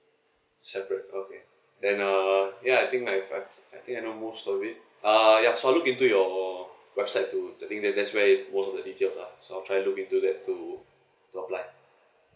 separate okay then uh ya I think I I I think I know most of it uh ya so I'll look into your website to to read the that's where all the details ah so I'll try to look into that to to apply